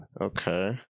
okay